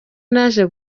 naje